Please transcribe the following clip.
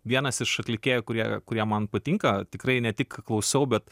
vienas iš atlikėjų kurie kurie man patinka tikrai ne tik klausau bet